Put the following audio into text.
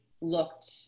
looked